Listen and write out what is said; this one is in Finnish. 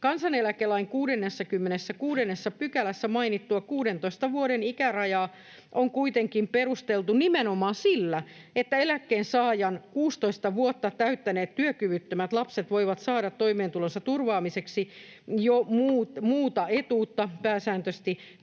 Kansaneläkelain 66 §:ssä mainittua 16 vuoden ikärajaa on kuitenkin perusteltu nimenomaan sillä, että eläkkeensaajan 16 vuotta täyttäneet työkyvyttömät lapset voivat saada toimeentulonsa turvaamiseksi jo muuta etuutta, [Puhemies